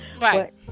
Right